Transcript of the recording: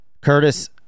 Curtis